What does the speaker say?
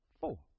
four